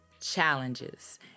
challenges